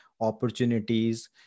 opportunities